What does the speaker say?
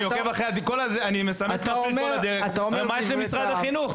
מה יש למשרד החינוך?